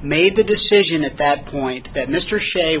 made the decision at that point that mr s